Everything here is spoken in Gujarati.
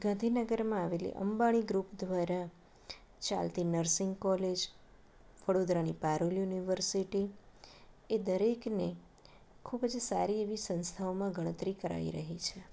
ગાંધીનગરમાં આવેલી અંબાણી ગ્રુપ દ્વારા ચાલતી નરસિંગ કોલેજ વડોદરાની પારૂલ યુનિવર્સિટી એ દરેકને ખૂબ સારી એવી સંસ્થાઓમાં ગણતરી કરાઈ રહી છે